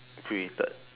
created